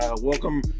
welcome